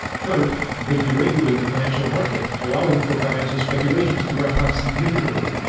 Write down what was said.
third, they deregulate the financial market, allowing for financial speculations to ramp up significantly.